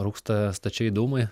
rūksta stačiai dūmai